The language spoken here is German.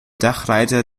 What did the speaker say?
dachreiter